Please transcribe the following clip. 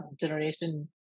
generation